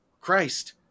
Christ